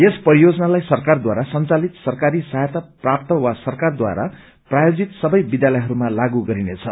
यस परियोजनालाई सरकारद्वारा संचालित सरकारी सहायता प्राप्त वा सरकारद्वारा प्रायोजित सबै विद्यालयहरूमा लागू गरिनेछ